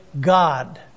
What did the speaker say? God